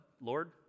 Lord